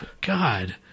God